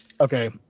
Okay